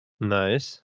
Nice